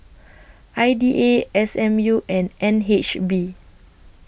I D A S M U and N H B